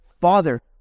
Father